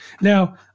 Now